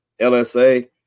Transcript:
LSA